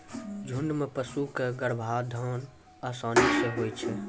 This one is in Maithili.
झुंड म पशु क गर्भाधान आसानी सें होय छै